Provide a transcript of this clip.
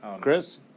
Chris